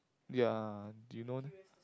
ya do you know